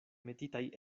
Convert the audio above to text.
metitaj